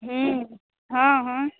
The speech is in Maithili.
हूँ हाँ हाँ